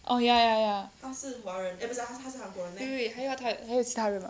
oh ya ya ya wait wait wait 还有其他人 mah